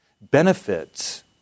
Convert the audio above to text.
Benefits